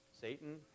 Satan